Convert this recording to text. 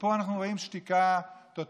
ופה אנחנו רואים שתיקה טוטלית.